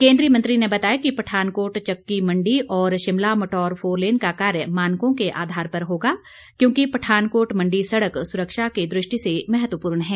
केन्द्रीय मंत्री ने बताया कि पठानकोट चक्की मंडी और शिमला मटौर फोरलेन का कार्य मानकों के आधार पर होगा क्योंकि पठानकोट मंडी सड़क सुरक्षा की दृष्टि से महत्वपूर्ण है